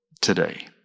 today